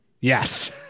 Yes